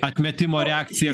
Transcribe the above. atmetimo reakcija